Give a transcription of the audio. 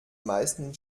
meisten